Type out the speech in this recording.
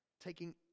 taking